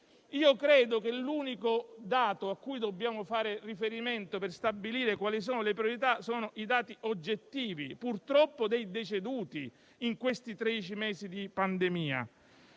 Io credo che l'unico elemento cui dobbiamo fare riferimento per stabilire le priorità siano i dati oggettivi, purtroppo, dei deceduti in questi tredici mesi di pandemia.